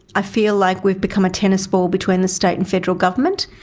i feel like we've become a tennis ball between the state and federal government.